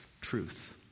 truth